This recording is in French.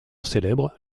célèbres